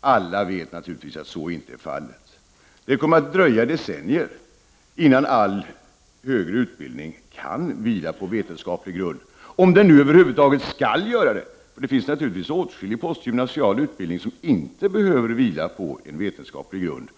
Alla vet naturligtvis att så inte är fallet. Det kommer att dröja decennier innan all högre utbildning kan vila på vetenskaplig grund — om den nu över huvud taget skall göra det. Det finns naturligtvis åtskillig postgymnasial utbildning som inte behöver vila på en vetenskaplig grund.